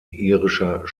irischer